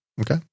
Okay